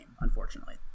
unfortunately